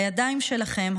הידיים שלכם,